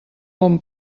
bon